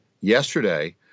yesterday